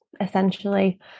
essentially